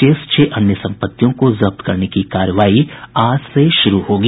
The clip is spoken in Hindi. शेष छह अन्य सम्पत्तियों को जब्त करने की कार्रवाई आज से शुरू होगी